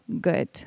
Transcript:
good